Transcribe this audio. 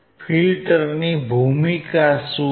ફિલ્ટરની ભૂમિકા શું છે